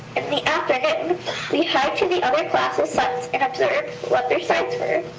the afternoon, we headed to the other classes' sites and observed what their sites were.